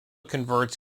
converts